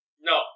No